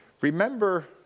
Remember